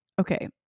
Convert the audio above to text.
okay